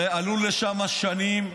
הרי עלו לשם שנים.